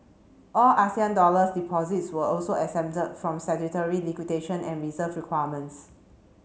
all Asian dollar deposits were also exempted from statutory and reserve requirements